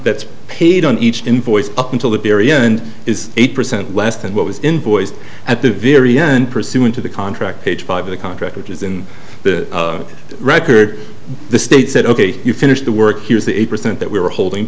that's paid on each invoice up until the very end is eight percent less than what was in boise at the very end pursuant to the contract page five of the contract which is in the record the state said ok you finished the work here's the eight percent that we were holding